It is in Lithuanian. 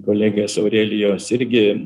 kolegės aurelijos irgi